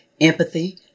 empathy